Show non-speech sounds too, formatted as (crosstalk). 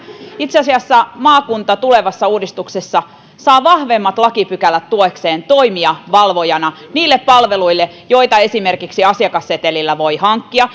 itse asiassa maakunta tulevassa uudistuksessa saa vahvemmat lakipykälät tuekseen toimia valvojana niille palveluille joita esimerkiksi asiakassetelillä voi hankkia (unintelligible)